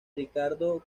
ricardo